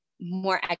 more